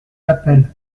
d’appel